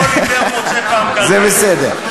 זה בסדר.